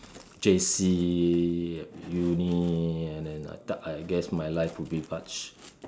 J_C uh uni and then I I I guess my life would be much